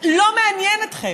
לא מעניין אתכם,